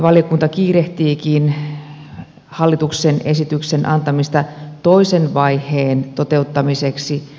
valiokunta kiirehtiikin hallituksen esityksen antamista toisen vaiheen toteuttamiseksi